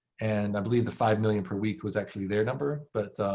and i believe the five million per week was actually their number. but